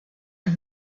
und